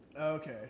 Okay